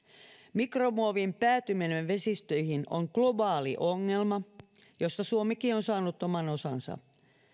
mikromuovin päätyminen vesistöihin on globaali ongelma josta suomikin on saanut oman osansa